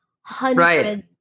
hundreds